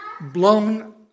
blown